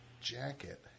jacket